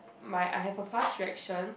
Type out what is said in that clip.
my I have a fast reaction